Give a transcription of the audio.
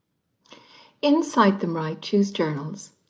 in cite them right choose journals,